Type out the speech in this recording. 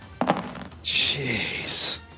Jeez